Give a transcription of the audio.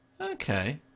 Okay